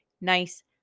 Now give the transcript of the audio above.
nice